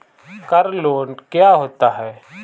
Car loan क्या होता है?